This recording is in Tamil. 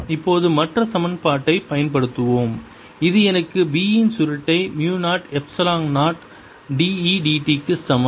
இப்போது மற்ற சமன்பாட்டைப் பயன்படுத்துவோம் இது எனக்கு B இன் சுருட்டை மு 0 எப்சிலான் 0 dE dt க்கு சமம்